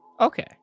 Okay